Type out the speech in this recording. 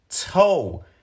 toe